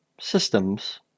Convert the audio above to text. systems